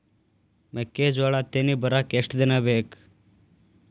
ಮೆಕ್ಕೆಜೋಳಾ ತೆನಿ ಬರಾಕ್ ಎಷ್ಟ ದಿನ ಬೇಕ್?